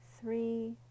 three